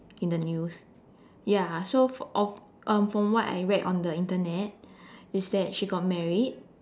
in the news ya so of um from what I read on the Internet is that she got married